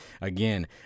Again